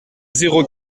zéro